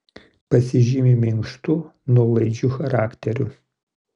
pasižymi minkštu nuolaidžiu charakteriu